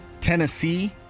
Tennessee